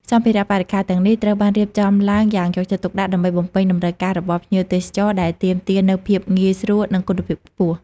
សម្ភារៈបរិក្ខារទាំងនេះត្រូវបានរៀបចំឡើងយ៉ាងយកចិត្តទុកដាក់ ដើម្បីបំពេញតម្រូវការរបស់ភ្ញៀវទេសចរដែលទាមទារនូវភាពងាយស្រួល និងគុណភាពខ្ពស់។